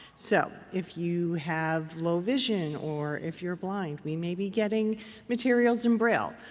so if you have low vision or if you're blind, we may be getting materials in braille.